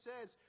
says